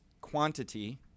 quantity